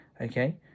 Okay